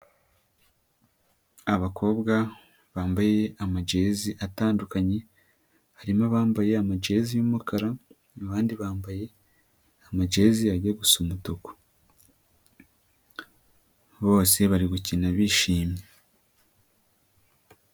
Abakobwa bambaye amajezi atandukanye harimo abambaye amajezi y'umukara, abandi bambaye amajezi ajya gusa umutuku, bose bari gukina bishimye.